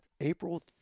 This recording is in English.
April